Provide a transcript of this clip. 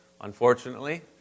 unfortunately